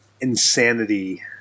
insanity